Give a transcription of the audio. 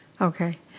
okay.